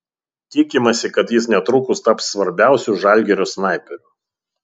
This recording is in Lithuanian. tikimasi kad jis netrukus taps svarbiausiu žalgirio snaiperiu